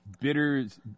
bitters